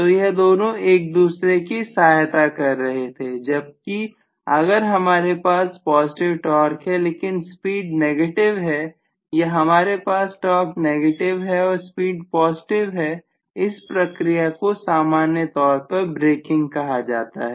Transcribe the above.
तो यह दोनों एक दूसरे की सहायता कर रहे थे जबकि अगर हमारे पास पॉजिटिव टॉर्क है लेकिन स्पीड नेगेटिव है या हमारे पास टॉर्क नेगेटिव है और स्पीड पॉजिटिव है इस प्रक्रिया को सामान्य तौर पर ब्रेकिंग कहा जाता है